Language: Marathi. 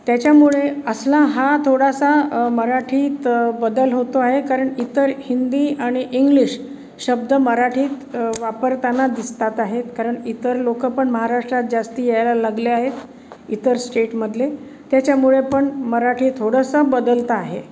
त्याच्यामुळे असला हा थोडासा मराठीत बदल होतो आहे कारण इतर हिंदी आणि इंग्लिश शब्द मराठीत वापरताना दिसतात आहेत कारण इतर लोक पण महाराष्ट्रात जास्त यायला लागले आहेत इतर स्टेटमधले त्याच्यामुळे पण मराठी थोडंसं बदलतं आहे